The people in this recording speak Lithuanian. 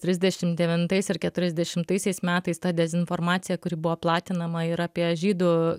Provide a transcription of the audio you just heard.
trisdešim devintais ir keturiasdešimtaisiais metais ta dezinformacija kuri buvo platinama ir apie žydų